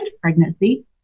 pregnancy